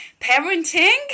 parenting